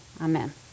Amen